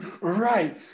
Right